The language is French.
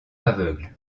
aveugle